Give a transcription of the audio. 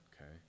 Okay